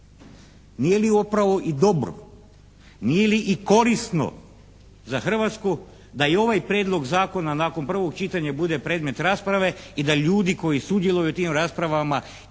nije li upravo i dobro, nije li i korisno za Hrvatsku da i ovaj prijedlog zakona nakon prvog čitanja bude predmet rasprave i da ljudi koji sudjeluju u tim raspravama